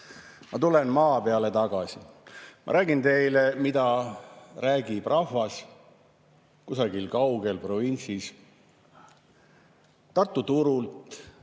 Ma tulen maa peale tagasi. Ma räägin teile, mida räägib rahvas kusagil kaugel provintsis. Tartu turul